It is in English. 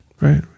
Right